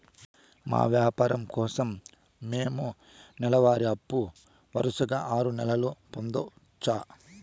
మా వ్యాపారం కోసం మేము నెల వారి అప్పు వరుసగా ఆరు నెలలు పొందొచ్చా?